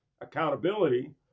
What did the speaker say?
accountability